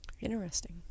Interesting